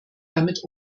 damit